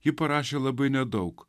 ji parašė labai nedaug